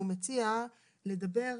הוא מציע לדבר,